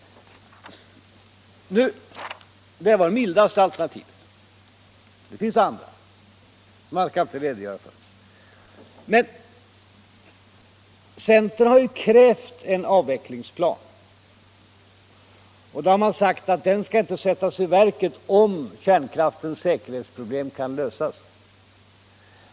Det var det mildaste alternativet, men det finns andra som jag inte här skall redogöra för. Centern har krävt en avvecklingsplan men sagt att den inte skall sättas i verket om kärnkraftens säkerhetsproblem kan lösas.